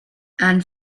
and